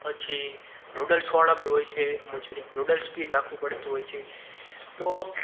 પછી નુડલ્સવાળા બી હોય છે મંચૂરિયમ નુડલ્સ બી નાખવું પડતું હોય છે તો